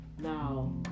Now